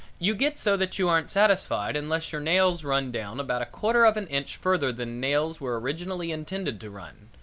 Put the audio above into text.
you get so that you aren't satisfied unless your nails run down about a quarter of an inch further than nails were originally intended to run,